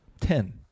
Ten